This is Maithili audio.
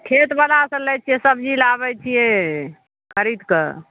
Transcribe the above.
खेतवलासे लै छिए सबजी लाबै छिए खरिदके